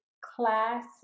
class